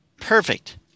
Perfect